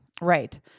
Right